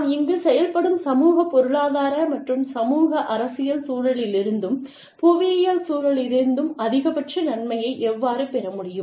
நாம் இங்குச் செயல்படும் சமூக பொருளாதார மற்றும் சமூக அரசியல் சூழலிலிருந்தும் புவியியல் சூழலிலிருந்தும் அதிகபட்ச நன்மையை எவ்வாறு பெற முடியும்